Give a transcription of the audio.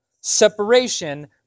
separation